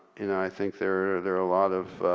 you know i think they're they're a lot of